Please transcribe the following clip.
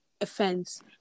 offense